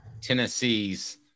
Tennessee's –